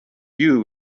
you